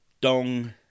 dong